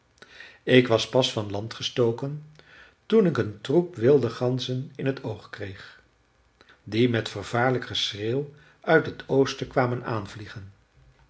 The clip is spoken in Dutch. ik was pas van land gestoken toen ik een troep wilde ganzen in t oog kreeg die met vervaarlijk geschreeuw uit het oosten kwamen aanvliegen